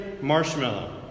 marshmallow